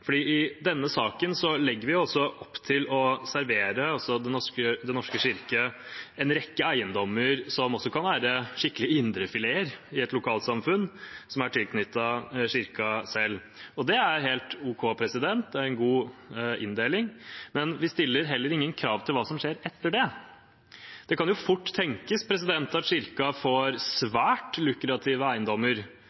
I denne saken legger vi opp til å servere Den norske kirke en rekke eiendommer som også kan være skikkelige indrefileter i et lokalsamfunn, som er tilknyttet Kirken selv. Og det er helt ok – det er en god inndeling. Men vi stiller ingen krav til hva som skjer etter det. Det kan fort tenkes at Kirken får